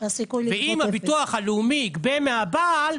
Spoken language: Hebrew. ואם הביטוח הלאומי יגבה מהבעל,